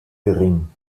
gering